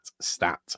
stat